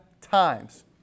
times